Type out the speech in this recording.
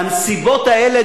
בנסיבות האלה,